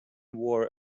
wore